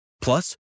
Plus